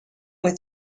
with